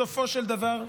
בסופו של דבר,